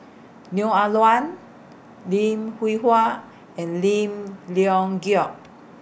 Neo Ah Luan Lim Hwee Hua and Lim Leong Geok